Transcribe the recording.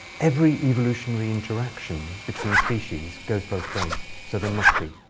every evolutionary interaction between species goes both ways. so there must be.